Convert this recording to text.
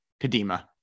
Kadima